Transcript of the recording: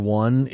one